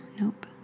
Nope